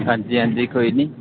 हां जी हां जी कोई नी